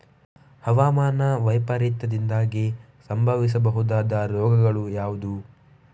ಹವಾಮಾನ ವೈಪರೀತ್ಯದಿಂದಾಗಿ ಸಂಭವಿಸಬಹುದಾದ ರೋಗಗಳು ಯಾವುದು?